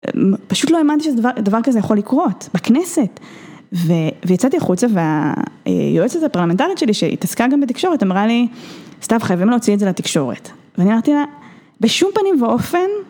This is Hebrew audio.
פשוט לא האמנתי שדבר כזה יכול לקרות, בכנסת! ויצאתי החוצה והיועצת הפרלמנטלית שלי שהתעסקה גם בתקשורת, אמרה לי סתיו חייבים להוציא את זה לתקשורת ואני אמרתי לה, בשום פנים ואופן...